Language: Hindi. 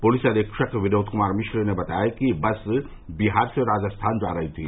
पुलिस अवीक्षक विनोद कुमार मिश्र ने बताया कि बस बिहार से राजस्थान जा रही थी